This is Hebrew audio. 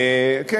נגיע גם אליהם.